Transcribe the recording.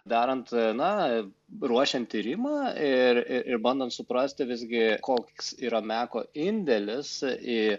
darant na ruošiant tyrimą ir i ir bandant suprasti visgi koks yra meko indėlis į